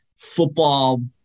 Football